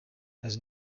has